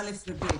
(א) ו-(ב).